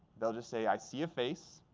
they'll just say, i see a face.